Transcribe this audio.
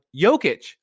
Jokic